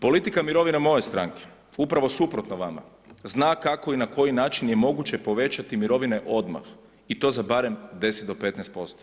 Politika mirovina moje stranke upravo suprotno vama zna kako i na koji način je moguće povećati mirovine odmah i to za barem 10 do 15%